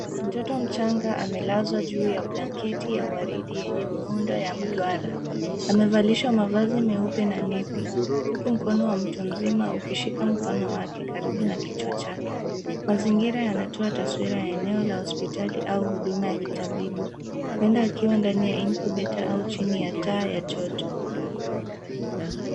Mtoto mchanga amelazwa juu ya blanketi ya waridi yenye muundo ya mduara. Amevalishwa mavazi meupe na nepi huku mkono wa mtu mzima ukishika mkono wake karibu na kichwa chake. Mazingira yanatoa taswira ya eneo la hospitali au huduma ya kitabibu, huenda akiwa ndani ya incubator au chini ya taa ya joto.